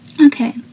Okay